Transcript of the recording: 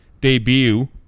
debut